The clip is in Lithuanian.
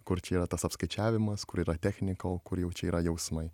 kur čia yra tas apskaičiavimas kur yra technika o kur jau čia yra jausmai